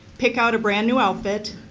pick out a brand new outfit,